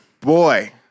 Boy